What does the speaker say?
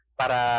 para